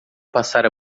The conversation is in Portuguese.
passar